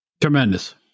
Tremendous